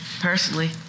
personally